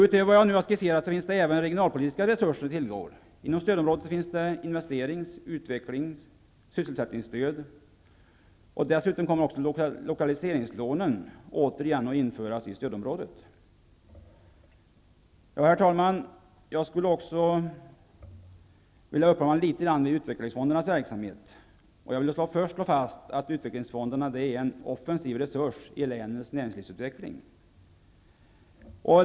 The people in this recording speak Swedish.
Utöver vad jag nu har skisserat finns även regionalpolitiska resurser att tillgå. Inom stödområdet finns investerings-, utvecklings och sysselsättningsstöd, och dessutom kommer lokaliseringslånen återigen att införas i stödområdet. Herr talman! Jag skulle också vilja uppehålla mig litet grand vid utvecklingsfondernas verksamhet. Jag vill först slå fast att utvecklingsfonderna är en offensiv resurs i länens näringslivsutveckling.